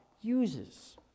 uses